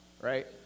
right